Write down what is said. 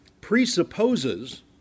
presupposes